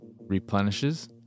replenishes